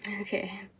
okay